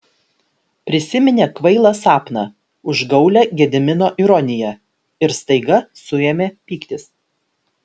prisiminė kvailą sapną užgaulią gedimino ironiją ir staiga suėmė pyktis